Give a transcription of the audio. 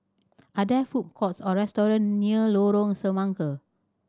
are there food courts or restaurant near Lorong Semangka